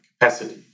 capacity